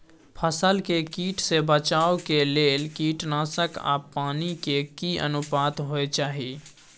फसल के कीट से बचाव के लेल कीटनासक आ पानी के की अनुपात होय चाही?